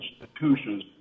institutions